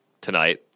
tonight